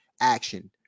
action